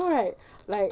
right like